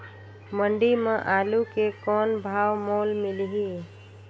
मंडी म आलू के कौन भाव मोल मिलही?